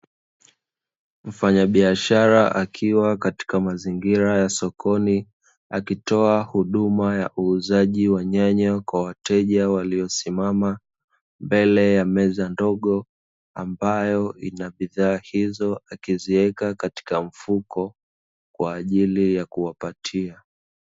Mfanya biashara akiwa katika mazingira ya sokoni, akitoa huduma ya uuzaji wa nyanya kwa wateja waliosimama mbele ya meza ndogo, ambayo ina bidhaa hizo akiziweka katika mfuko kwa ajili ya kuwapatia.